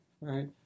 right